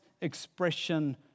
expression